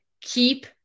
keep